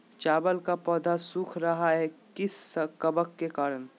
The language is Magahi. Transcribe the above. चावल का पौधा सुख रहा है किस कबक के करण?